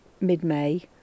mid-May